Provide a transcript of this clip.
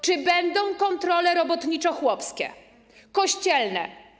Czy będą kontrole robotniczo-chłopskie i kościelne?